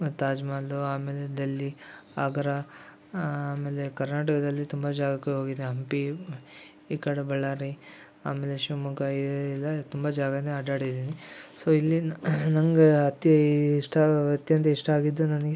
ಮತ್ತು ತಾಜ್ ಮಹಲು ಆಮೇಲೆ ದೆಹಲಿ ಆಗ್ರ ಆಮೇಲೆ ಕರ್ನಾಟಕದಲ್ಲಿ ತುಂಬಾ ಜಾಗಕ್ಕೆ ಹೋಗಿದ್ದೆ ಹಂಪಿ ಈ ಕಡೆ ಬಳ್ಳಾರಿ ಆಮೇಲೆ ಶಿವಮೊಗ್ಗ ಈ ಎಲ್ಲಾ ತುಂಬಾ ಜಾಗಾನೇ ಅಡ್ಡಾಡಿದ್ದೀನಿ ಸೋ ಇಲ್ಲಿ ನನಗೆ ಅತೀ ಇಷ್ಟ ಅತ್ಯಂತ ಆಗಿದ್ದು ನನಗೆ